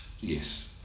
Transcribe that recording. Yes